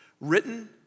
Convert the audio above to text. written